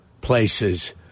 places